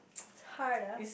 hard uh